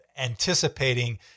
anticipating